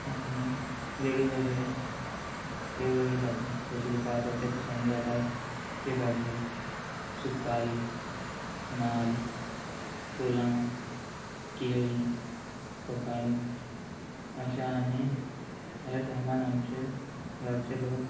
आनी वेगवेगळे वेगळे वेगळे भाजी जशे की पावसाच्या दिसांनी जाता ती भाजी सुपारी नाल्ल फुलां केळीं पपायो अशें आनी हेर सामान आमचे गांवचे लोक